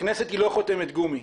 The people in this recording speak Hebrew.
הכנסת היא לא חותמת גומי.